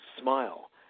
smile